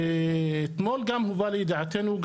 ואתמול גם הובא לידיעתנו,